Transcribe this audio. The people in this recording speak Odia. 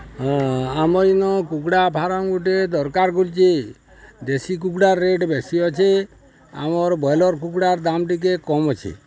ହଁ ଆମର୍ ଇନ କୁକୁଡ଼ା ଫାର୍ମ୍ ଗୁଟେ ଦରକାର୍ କରୁଚେ ଦେଶୀ କୁକୁଡ଼ା ରେଟ୍ ବେଶୀ ଅଛେ ଆମର୍ ବ୍ରଏଲର୍ କୁକୁଡ଼ାର ଦାମ୍ ଟିକେ କମ୍ ଅଛେ